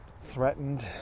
threatened